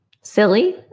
silly